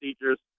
procedures